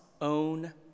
own